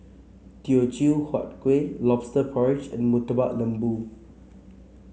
Teochew Huat Kueh lobster porridge and Murtabak Lembu